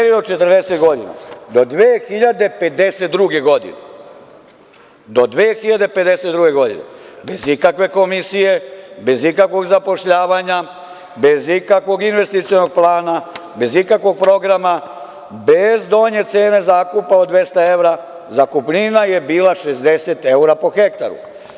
Do 2052. godine, bez ikakve komisije, bez ikakvog zapošljavanja, bez ikakvog investicionog plana, bez ikakvog programa, bez donje cene zakupa od 200 evra, zakupnina je bila 60 evra po hektaru.